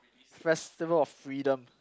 festival of freedom